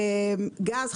גז,